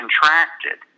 contracted